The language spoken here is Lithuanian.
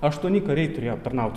aštuoni kariai turėjo aptarnaut